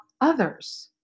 others